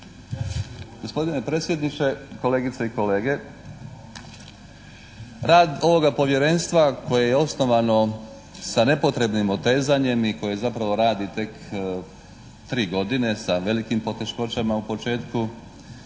Gospodine predsjedniče, kolegice i kolege! Rad ovoga povjerenstva koje je osnovano sa nepotrebnim otezanjem i koje zapravo radi tek 3 godine sa velikim poteškoćama u početku